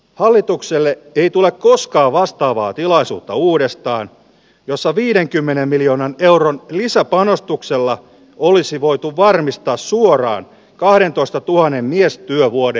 hallitukselle ei tule koska vastaavaa tilaisuutta uudestaan jossa viidenkymmenen miljoonan euron lisäpanostuksella olisi voitu varmistaa suoran kahdentoistatuhannen miestyövuoden